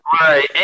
Right